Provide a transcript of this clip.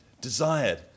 desired